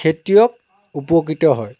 খেতিয়ক উপকৃত হয়